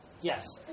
Yes